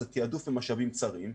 תעדוף במשאבים צרים,